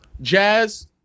Jazz